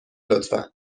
لطفا